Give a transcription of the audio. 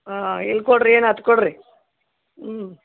ಹಾಂ ಇಲ್ಲಿ ಕೊಡಿರಿ ಏನಾಯ್ತ್ ಕೊಡಿರಿ ಹ್ಞೂ